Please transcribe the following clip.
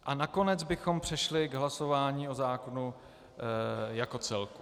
A nakonec bychom přešli k hlasování o zákonu jako celku.